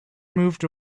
moved